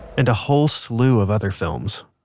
and a whole slew of other films.